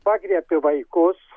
pagriebė vaikus